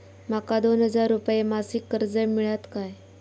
माका दोन हजार रुपये मासिक कर्ज मिळात काय?